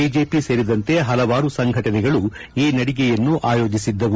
BJP ಸೇರಿದಂತೆ ಪಲವು ಸಂಘಗಳು ಈನಡಿಗೆಯನ್ನು ಆಯೋಜಿಸಿದ್ದವು